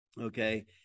okay